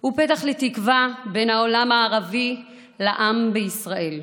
הוא פתח לתקווה בין העולם הערבי לעם בישראל,